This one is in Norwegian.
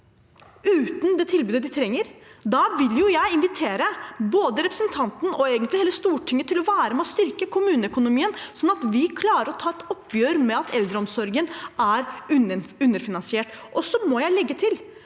uten det tilbudet de trenger. Da vil jeg invitere både representanten og egentlig hele Stortinget til å være med på å styrke kommuneøkonomien, sånn at vi klarer å ta et oppgjør med at eldreomsorgen er underfinansiert. Så må jeg legge til